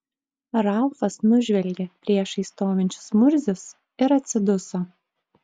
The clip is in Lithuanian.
ralfas nužvelgė priešais stovinčius murzius ir atsiduso